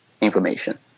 information